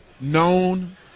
known